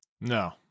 No